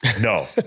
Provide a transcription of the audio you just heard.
No